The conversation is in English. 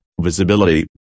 visibility